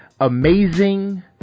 amazing